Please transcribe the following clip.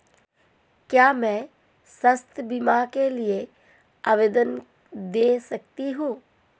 क्या मैं स्वास्थ्य बीमा के लिए आवेदन दे सकती हूँ?